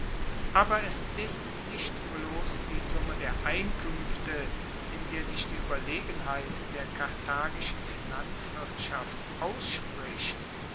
aber es ist nicht bloss die summe der einkuenfte in der sich die ueberlegenheit der karthagischen finanzwirtschaft ausspricht